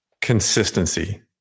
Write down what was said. Consistency